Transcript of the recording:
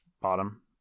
bottom